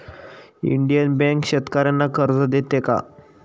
Indian bank शेतकर्यांना कर्ज देते का?